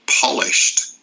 polished